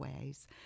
ways